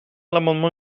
l’amendement